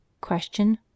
Question